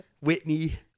Whitney